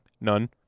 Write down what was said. None